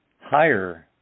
higher